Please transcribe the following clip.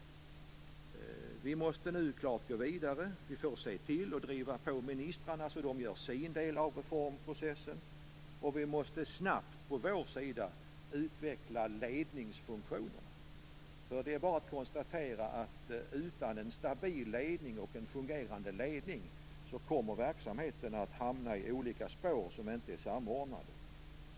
Vi måste nu klart gå vidare. Vi får se till att driva på ministrarna så att de gör sin del i reformprocessen, och vi måste snabbt på vår sida utveckla ledningsfunktioner. Det är bara att konstatera att utan en stabil och fungerande ledning, kommer verksamheten att hamna i olika spår som inte är samordnade.